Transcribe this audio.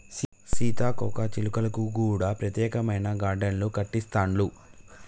సీతాకోక చిలుకలకు కూడా ప్రత్యేకమైన గార్డెన్లు కట్టిస్తాండ్లు